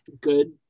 good